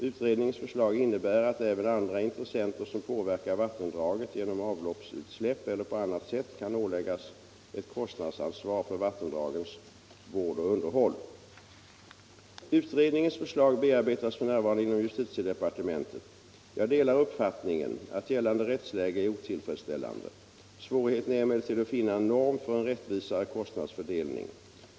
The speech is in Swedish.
Utredningens förslag innebär att även andra intressenter som påverkar vattendraget genom avloppsutsläpp eller på annat sätt kan åläggas ett kostnadsansvar för vattendragens vård och underhåll. Utredningens förslag bearbetas f.n. inom justitiedepartementet. Jag delar uppfattningen att gällande rättsläge är otillfredsställande. Svårigheten är emellertid att finna en norm för en rättvisare kostnadsfördelning.